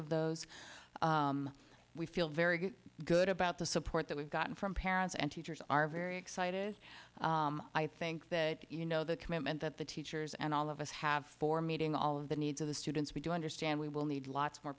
of those we feel very good about the support that we've gotten from parents and teachers are very excited i think that you know the commitment that the teachers and all of us have for meeting all of the needs of the students we do understand we will need lots more